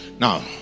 now